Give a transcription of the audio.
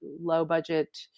low-budget